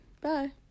bye